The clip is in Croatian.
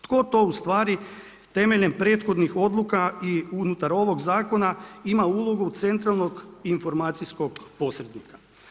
Tko to ustvari temeljem prethodnih odluka i unutar ovog zakona ima ulogu centralnog informacijskog posrednika?